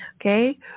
Okay